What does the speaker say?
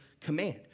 command